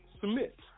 submit